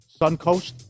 Suncoast